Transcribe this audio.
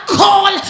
call